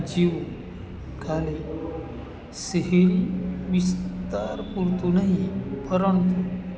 જીઓ ખાલી શહેરી વિસ્તાર પૂરતું નહીં પરંતુ